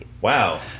Wow